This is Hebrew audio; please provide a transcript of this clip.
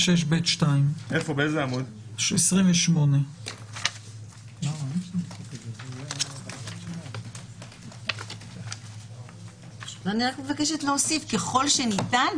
26ב2. אני מבקשת להוסיף: ככל שניתן,